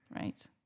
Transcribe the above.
Right